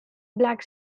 black